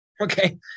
Okay